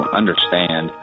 understand